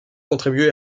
contribué